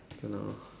don't know